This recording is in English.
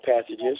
passages